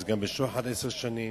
אז גם בשוחד עשר שנים,